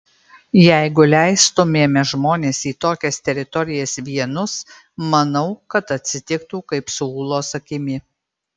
jeigu leistumėme žmones į tokias teritorijas vienus manau kad atsitiktų kaip su ūlos akimi